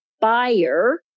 buyer